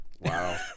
wow